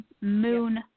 moon